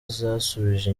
zasubije